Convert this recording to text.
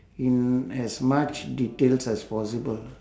in as much details as possible